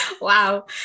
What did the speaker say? Wow